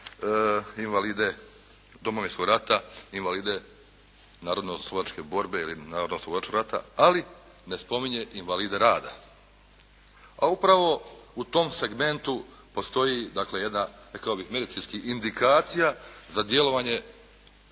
invalide Domovinskog rata, invalide Narodnooslobodilačke borbe ili Narodnooslobodilačkog rata. Ali ne spominje invalide rada. A upravo u tom segmentu postoji, dakle jedna, rekao bih medicinski indikacija za djelovanje